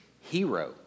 hero